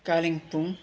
Kalimpong